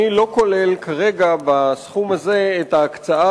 אני לא כולל כרגע בסכום הזה את ההקצאה